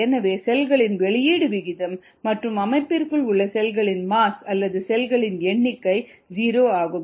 எனவே செல்களின் வெளியீடு விகிதம் மற்றும் அமைப்பிற்குள் உள்ள செல்களின் மாஸ் அல்லது செல்களின் எண்ணிக்கை ஜீரோ ஆகும்